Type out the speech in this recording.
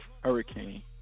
hurricane